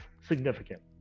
significant